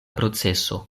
proceso